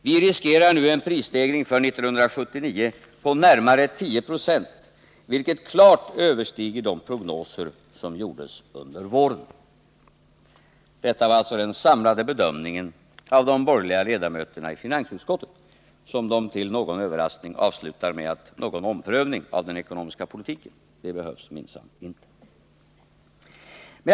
Vi riskerar nu en prisstegring för 1979 på närmare 10 96, vilket klart överstiger de prognoser som gjordes under våren.” Detta var alltså den samlade bedömningen av de borgerliga ledamöterna i finansutskottet, som de till någon överraskning avslutar med att säga att någon omprövning av den ekonomiska politiken behövs minsann inte.